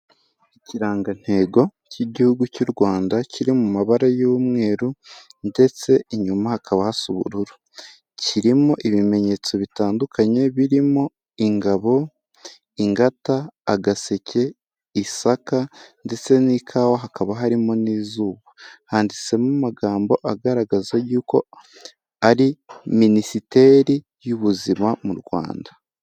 Ikirangantego cy'Igihugu cy'u Rwanda kiri mu mabara y'umweru ndetse inyuma hakaba hasa ubururu. Kirimo ibimenyetso bitandukanye birimo ingabo, ingata, agaseke, isaka ndetse n'ikawa hakaba harimo n'izuba. Handitsemo amagambo agaragaza yuko ari Minisiteri y'ubuzima mu Rwanda.